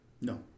No